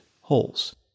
holes